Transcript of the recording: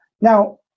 Now